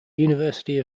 university